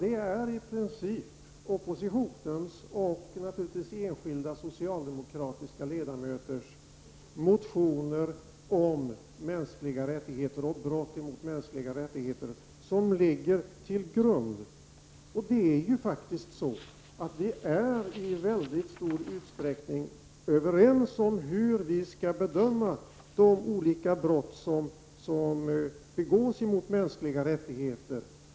Det är i princip oppositionens och naturligtvis enskilda socialdemokratiska ledamöters motioner om mänskliga rättigheter och brott mot mänskliga rättigheter som ligger till grund. Vi är i stor utsträckning överens om hur vi skall bedöma de olika brott som begås mot mänskliga rättigheter.